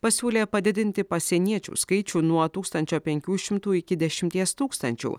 pasiūlė padidinti pasieniečių skaičių nuo tūkstančio penkių šimtų iki dešimties tūkstančių